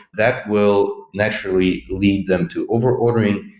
that will naturally lead them to over-ordering,